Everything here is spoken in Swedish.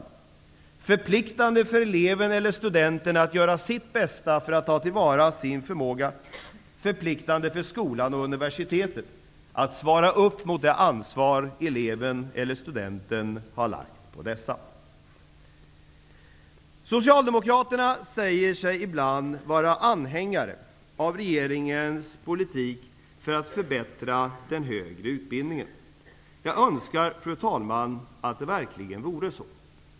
Den är förpliktande för eleven eller studenten att göra sitt bästa för att ta till vara sin förmåga, och den är förpliktande för skolan och universitetet att svara upp mot det ansvar som eleven eller studenten har lagt på dessa. Socialdemokraterna säger sig ibland vara anhängare av regeringens politik för att förbättra den högre utbildningen. Jag önskar, fru talman, att det verkligen vore så.